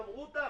גמרו את ההכנות.